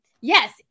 Yes